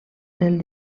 del